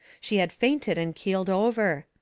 she had fainted and keeled over.